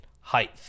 height